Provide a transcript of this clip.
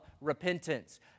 repentance